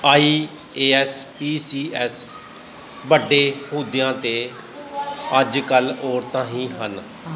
IAS PCS ਵੱਡੇ ਅਹੁਦਿਆਂ 'ਤੇ ਅੱਜ ਕੱਲ੍ਹ ਔਰਤਾਂ ਹੀ ਹਨ